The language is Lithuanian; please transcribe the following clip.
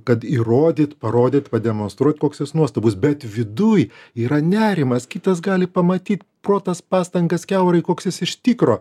kad įrodyt parodyt pademonstruot koks jis nuostabus bet viduj yra nerimas kitas gali pamatyt ko tas pastangas kiaurai koks jis iš tikro